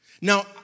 Now